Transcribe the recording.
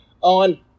on